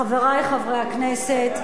חברי חברי הכנסת,